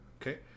Okay